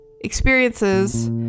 Experiences